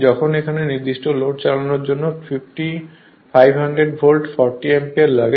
যখন এখানে নির্দিষ্ট লোডে চালানোর জন্য 500 ভোল্টে 40 অ্যাম্পিয়ার লাগে